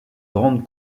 grande